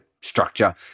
structure